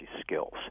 skills